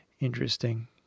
Interesting